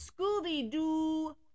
Scooby-Doo